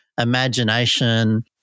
imagination